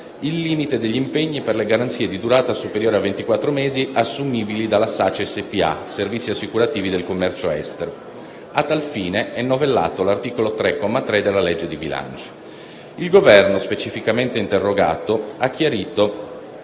Il Governo, specificamente interrogato, ha chiarito